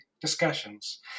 discussions